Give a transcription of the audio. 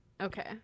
Okay